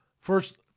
First